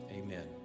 amen